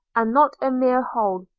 and not a mere hole.